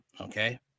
Okay